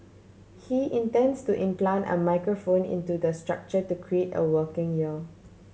he intends to implant a microphone into the structure to create a working ear